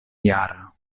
jara